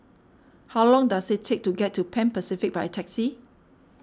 how long does it take to get to Pan Pacific by taxi